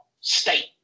State